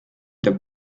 der